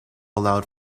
allowed